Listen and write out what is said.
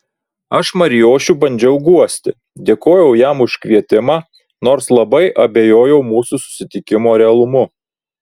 aš marijošių bandžiau guosti dėkojau jam už kvietimą nors labai abejojau mūsų susitikimo realumu